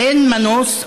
"אין מנוס,